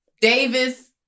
davis